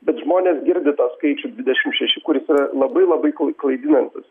bet žmonės girdi tą skaičių dvidešim šeši kuris yra labai labai klaidinantis